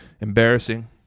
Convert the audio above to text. embarrassing